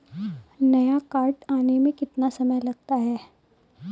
नया कार्ड आने में कितना समय लगता है?